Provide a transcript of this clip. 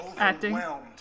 overwhelmed